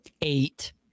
eight